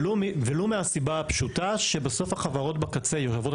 ולו מהסיבה הפשוטה שבסוף החברות בקצה עובדות